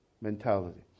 mentality